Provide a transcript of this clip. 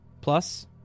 plus